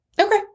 Okay